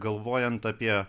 galvojant apie